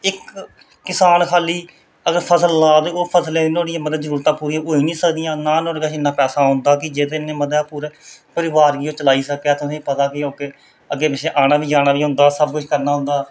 इक किसान खाली अगर फसल ला तां ओह् फसल स्कूलैं दियां मतलब नोहाड़ियां जरूरतां पूरियां होई निं सकदियां नुहाड़े कश इन्ना पैसा होंदा कि जेह्दे नै मतलब कि परोआर गी ओह् चलाई सकै तुसें ई पता गै अग्गें पिच्छें जाना बी औना बी होंदा सब किश करना होंदा